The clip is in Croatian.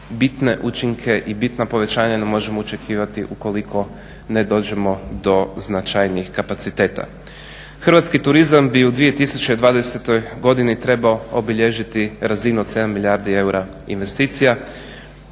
bitne učinke i bitna povećanja možemo očekivati ukoliko ne dođemo do značajnijih kapaciteta. Hrvatski turizam bi u 2020.godini trebao obilježiti razinu od sedam milijardi eura investicija.